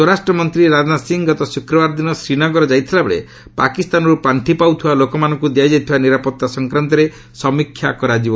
ସ୍ୱରାଷ୍ଟ୍ରମନ୍ତ୍ରୀ ରାଜନାଥ ସିଂ ଗତ ଶୁକ୍ରବାର ଦିନ ଶ୍ରୀନଗର ଯାଇଥିବାବେଳେ ପାକିସ୍ତାନରୁ ପାର୍ଷି ପାଉଥିବା ଲୋକମାନଙ୍କୁ ଦିଆଯାଇଥିବା ନିରାପତ୍ତା ସଫକ୍ରାନ୍ତରେ ସମୀକ୍ଷା କରାଯିବ